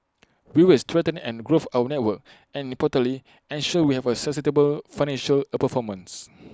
we will strengthen and grows our network and importantly ensure we have A sustainable financial A performance